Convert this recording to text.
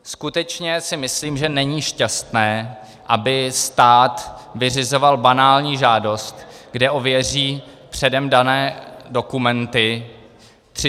Skutečně si myslím, že není šťastné, aby stát vyřizoval banální žádost, kde ověří předem dané dokumenty, třicet dní.